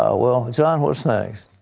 ah well, john, what's next?